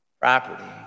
property